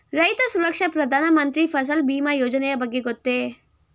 ರೈತ ಸುರಕ್ಷಾ ಪ್ರಧಾನ ಮಂತ್ರಿ ಫಸಲ್ ಭೀಮ ಯೋಜನೆಯ ಬಗ್ಗೆ ಗೊತ್ತೇ?